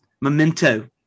memento